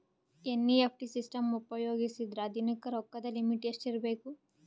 NEFT system ಉಪಯೋಗಿಸಿದರ ದಿನದ ರೊಕ್ಕದ ಲಿಮಿಟ್ ಎಷ್ಟ ಇರಬೇಕು?